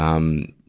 um, ah,